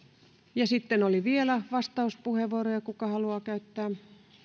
ja sitten oli vielä vastauspuheenvuoroja kuka haluaa käyttää